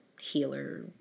healer